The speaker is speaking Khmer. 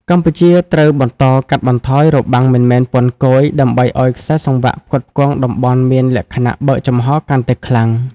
កម្ពុជាត្រូវបន្តកាត់បន្ថយ "របាំងមិនមែនពន្ធគយ" ដើម្បីឱ្យខ្សែសង្វាក់ផ្គត់ផ្គង់តំបន់មានលក្ខណៈបើកចំហកាន់តែខ្លាំង។